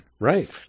Right